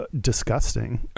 disgusting